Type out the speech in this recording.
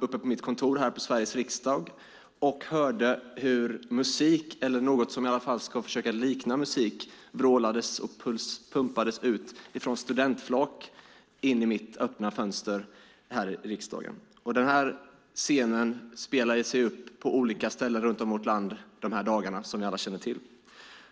uppe på mitt kontor här i Sveriges riksdag och hörde hur musik - eller något som i alla fall skulle försöka likna musik - vrålades och pumpades ut från studentflak in i mitt öppna fönster här i riksdagen. Den scenen utspelar sig på olika ställen runt om i vår land de här dagarna, som ni alla känner till.